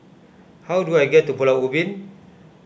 how do I get to Pulau Ubin